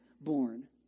born